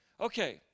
Okay